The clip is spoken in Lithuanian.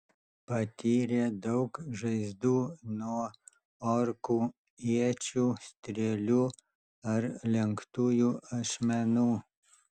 patyrė daug žaizdų nuo orkų iečių strėlių ar lenktųjų ašmenų